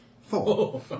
Four